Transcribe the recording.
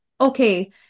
okay